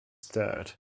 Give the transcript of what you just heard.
dead